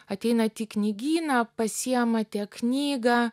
ateinat į knygyną pasiimate knygą